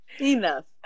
enough